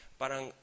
parang